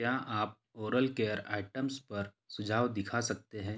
क्या आप oral care items पर सुझाव दिखा सकते हैं